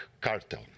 cartel